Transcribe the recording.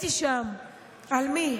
על מי?